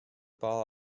ball